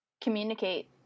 communicate